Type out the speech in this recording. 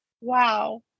Wow